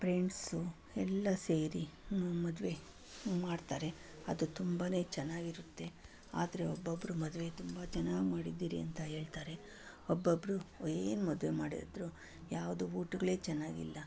friends ಎಲ್ಲ ಸೇರಿ ಮದುವೆ ಮಾಡ್ತಾರೆ ಅದು ತುಂಬನೇ ಚೆನ್ನಾಗಿರುತ್ತೆ ಆದರೆ ಒಬ್ಬೊಬ್ಬರು ಮದುವೆ ತುಂಬ ಚೆನ್ನಾಗಿ ಮಾಡಿದ್ದೀರಿ ಅಂತ ಹೇಳ್ತಾರೆ ಒಬ್ಬೊಬ್ಬರು ಏನು ಮದುವೆ ಮಾಡಿದರು ಯಾವುದೂ ಊಟಗಳೇ ಚೆನ್ನಾಗಿಲ್ಲ